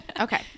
Okay